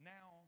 Now